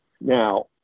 Now